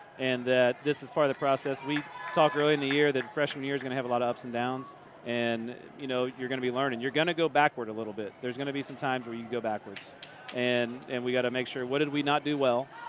and that this is part of the process. we talked earlier in the year that freshman year is going to have a lot of ups and downs and you know, you're going to be learning. you're going to go backward a little bit. there's going to be some times where you go backwards and and we gotta make sure what did we not do well?